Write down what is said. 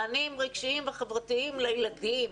מענים רגשיים וחברתיים לילדים,